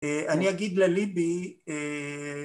אני אגיד לליבי